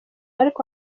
ariko